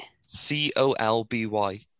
C-O-L-B-Y